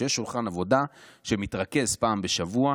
כשיש שולחן עבודה שמתרכז פעם בשבוע,